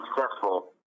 successful